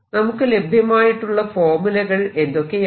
നമുക്ക് ലഭ്യമായിട്ടുള്ള ഫോർമുലകൾ എന്തൊക്കെയാണ്